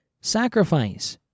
sacrifice